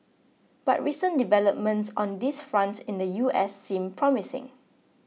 but recent developments on this front in the U S seem promising